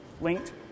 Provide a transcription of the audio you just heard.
linked